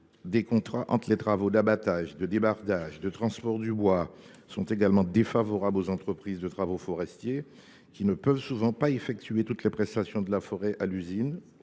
des contrats entre les travaux d’abattage, de débardage et de transport du bois […] sont également défavorables aux entreprises de travaux forestiers (ETF), qui ne peuvent souvent pas effectuer toutes les prestations de la forêt à l’usine